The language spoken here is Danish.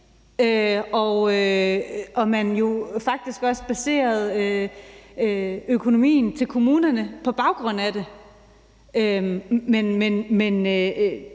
at man jo faktisk også baserede økonomien for kommunerne på baggrund af det. Men